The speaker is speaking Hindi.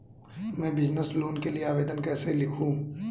मैं बिज़नेस लोन के लिए आवेदन कैसे लिखूँ?